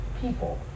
people